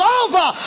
over